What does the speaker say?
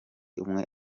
umwe